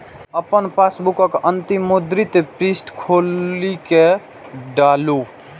अपन पासबुकक अंतिम मुद्रित पृष्ठ खोलि कें डालू